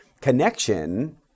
connection